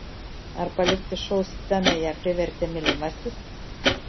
ar palikti šou sceną ją privertė mylimasis